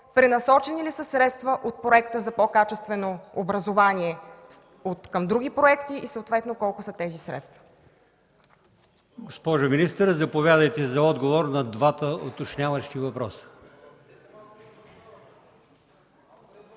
пренасочени ли са средства от Проекта за по-качествено образование към други проекти и съответно колко са тези средства?